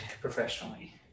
professionally